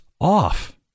off